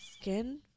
Skin